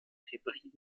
hebriden